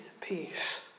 peace